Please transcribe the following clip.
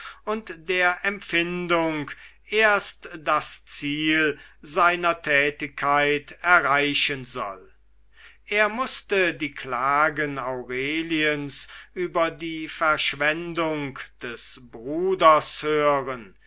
und der empfindung erst das ziel seiner tätigkeit erreichen soll er mußte die klagen aureliens über die verschwendung des bruders hören